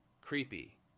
creepy